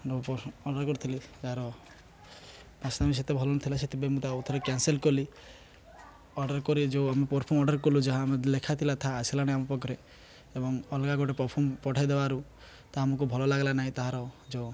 order କରିଥିଲି ଯାହାର ଆସାମ ସେତେ ଭଲ ନ ଥିଲା ସେଥିପାଇଁ ମୁଁ ତା ଆଉ ଥରେ କ୍ୟାନସଲ୍ କଲି ଅର୍ଡ଼ର୍ କରି ଯେଉଁ ଆମେ ପରଫ୍ୟୁମ୍ ଅର୍ଡ଼ର୍ କଲୁ ଯାହା ଆମେ ଲେଖା ଥିଲା ତାହା ଆସିଲାଣି ଆମ ପାଖରେ ଏବଂ ଅଲଗା ଗୋଟେ ପରଫ୍ୟୁମ୍ ପଠାଇଦେବାରୁ ତା ଆମକୁ ଭଲ ଲାଗିଲା ନାହିଁ ତାହାର ଯେଉଁ